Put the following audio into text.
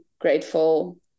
grateful